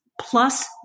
plus